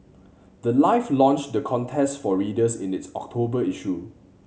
the life launched the contest for readers in its October issue